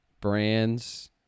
Brands